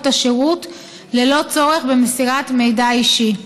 את השירות ללא צורך במסירת מידע אישי.